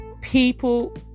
people